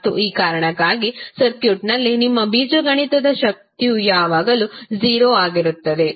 ಮತ್ತು ಈ ಕಾರಣಕ್ಕಾಗಿ ಸರ್ಕ್ಯೂಟ್ನಲ್ಲಿ ನಿಮ್ಮ ಬೀಜಗಣಿತದ ಶಕ್ತಿಯು ಯಾವಾಗಲೂ 0 ಆಗಿರುತ್ತದೆ